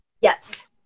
Yes